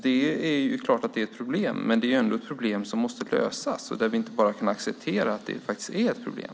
Det är klart att det är ett problem, men det är ändå ett problem som måste lösas. Vi kan inte bara acceptera att det faktiskt är ett problem.